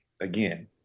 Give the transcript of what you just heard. again